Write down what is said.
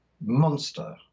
monster